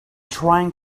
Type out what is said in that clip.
trying